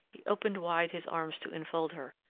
he opened wide his arms to enfold her.